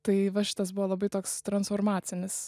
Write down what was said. tai va šitas buvo labai toks transformacinis